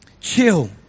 chill